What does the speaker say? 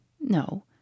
No